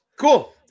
Cool